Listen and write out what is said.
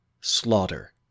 Slaughter